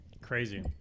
Crazy